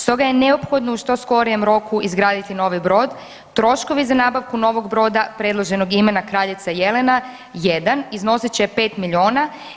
Stoga je neophodno u što skorijem roku izgraditi novi brod troškovi za nabavku novog broda predloženog imena Kraljica Jelena 1 iznosit će 5 milijuna.